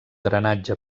drenatge